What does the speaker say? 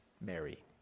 Mary